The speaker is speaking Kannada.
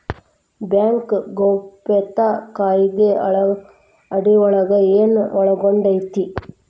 ಬ್ಯಾಂಕ್ ಗೌಪ್ಯತಾ ಕಾಯಿದೆ ಅಡಿಯೊಳಗ ಏನು ಒಳಗೊಂಡೇತಿ?